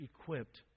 equipped